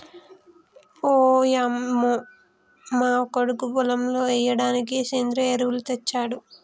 ఓయంమో మా కొడుకు పొలంలో ఎయ్యిడానికి సెంద్రియ ఎరువులు తెచ్చాడు